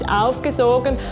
aufgesogen